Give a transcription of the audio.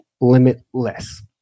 limitless